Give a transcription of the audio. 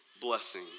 blessing